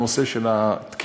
הנושא של התקינה,